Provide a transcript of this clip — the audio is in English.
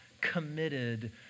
committed